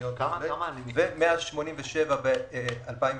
ו-187 ב-2019.